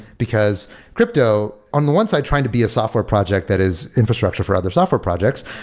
because crypto, on one side, trying to be a software project that is infrastructure for other software projects,